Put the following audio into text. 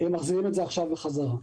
מחזירים את זה עכשיו בחזרה.